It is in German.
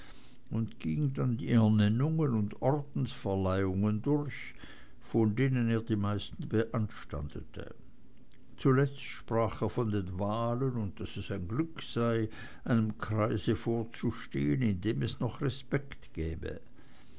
und ging dann die ernennungen und ordensverleihungen durch von denen er die meisten beanstandete zuletzt sprach er von den wahlen und daß es ein glück sei einem kreis vorzustehen in dem es noch respekt gäbe